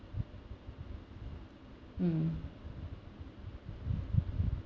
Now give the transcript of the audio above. mm